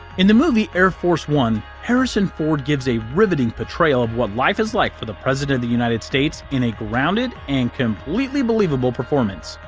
in the movie air force one, harrison ford gives a riveting portrayal of what life is like for the president of the united states. in a grounded, and completely believable performance,